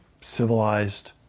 civilized